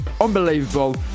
unbelievable